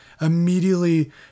immediately